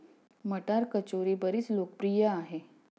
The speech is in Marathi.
मटार कचोरी बरीच लोकप्रिय आहे